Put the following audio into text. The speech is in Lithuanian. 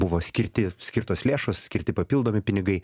buvo skirti skirtos lėšos skirti papildomi pinigai